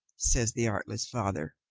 says the artless father.